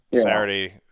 saturday